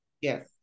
yes